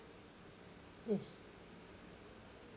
yes